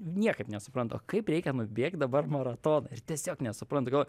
niekaip nesuprantu o kaip reikia nubėgt dabar maratoną ir tiesiog nesuprantu galvoju